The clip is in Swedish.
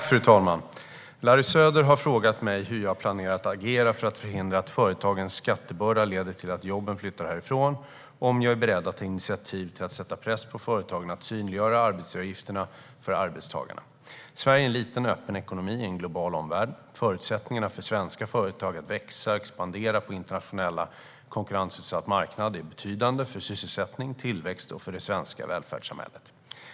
Fru talman! Larry Söder har frågat mig hur jag planerar att agera för att förhindra att företagens skattebörda leder till att jobben flyttar härifrån och om jag är beredd att ta initiativ till att sätta press på företagen att synliggöra arbetsgivaravgifterna för arbetstagarna. Sverige är en liten, öppen ekonomi i en global omvärld. Förutsättningar för svenska företag att växa och expandera på en internationellt konkurrensutsatt marknad är betydande för sysselsättning, tillväxt och det svenska välfärdssamhället.